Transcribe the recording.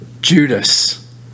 Judas